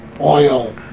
oil